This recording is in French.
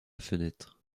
fenêtre